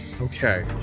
Okay